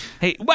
hey